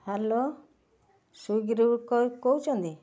hello Swiggy ରୁ କହୁ କହୁଛନ୍ତି